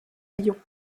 lyon